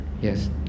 Yes